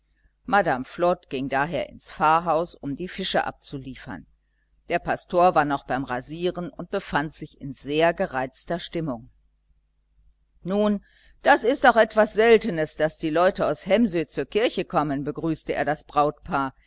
madame flod ging daher ins pfarrhaus um die fische abzuliefern der pastor war noch beim rasieren und befand sich in sehr gereizter stimmung nun das ist auch etwas seltenes daß die leute aus hemsö zur kirche kommen begrüßte er das brautpaar